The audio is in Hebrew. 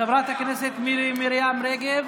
חברת הכנסת מירי מרים רגב,